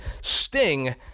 Sting